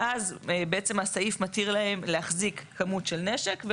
ואז בעצם הסעיף מתיר להם להחזיק כמות של נשק.